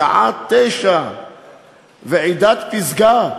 בשעה 21:00 ועידת פסגה,